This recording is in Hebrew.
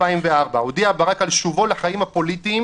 2004 הודיע ברק על שובו לחיים הפוליטיים